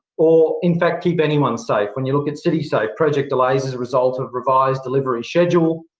or, in fact, keep anyone safe. when you look at citysafe project delays as a result of revised delivery schedule,